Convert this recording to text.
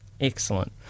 Excellent